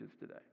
today